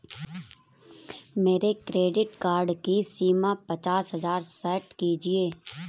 मेरे credit card की सीमा पचास हजार सेट कीजिए